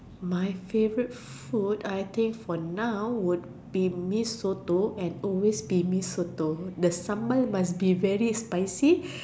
my favourite food I think for now is Mee-Soto and will always be Mee-Soto the sambal must be very spicy